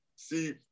see